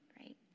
right